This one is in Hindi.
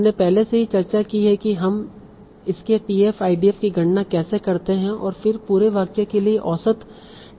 हमने पहले से ही चर्चा की है कि हम इसके tf idf की गणना कैसे करते हैं और फिर पूरे वाक्य के लिए औसत tf idf लेते हैं